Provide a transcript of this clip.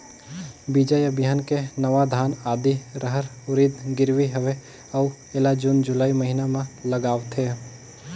बीजा या बिहान के नवा धान, आदी, रहर, उरीद गिरवी हवे अउ एला जून जुलाई महीना म लगाथेव?